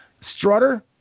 Strutter